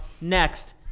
Next